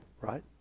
right